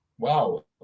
Wow